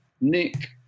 Nick